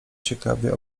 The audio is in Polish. ciekawie